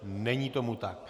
Není tomu tak.